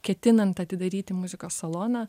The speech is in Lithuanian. ketinant atidaryti muzikos saloną